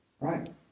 Right